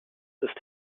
ist